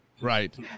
Right